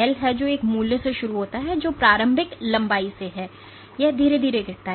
L है जो एक के मूल्य से शुरू होता है जो प्रारंभिक लंबाई से है और यह धीरे धीरे गिरता है